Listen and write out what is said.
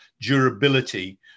durability